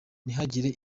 ntihagire